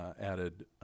added